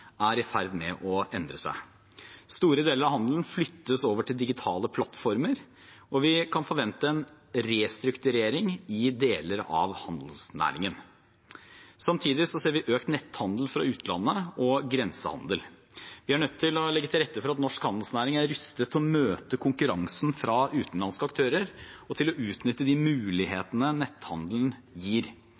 er i ferd med å endre seg. Store deler av handelen flyttes over til digitale plattformer, og vi kan forvente en restrukturering i deler av handelsnæringen. Samtidig ser vi økt netthandel fra utlandet og grensehandel. Vi er nødt til å legge til rette for at norsk handelsnæring er rustet til å møte konkurransen fra utenlandske aktører og til å utnytte de mulighetene netthandelen gir.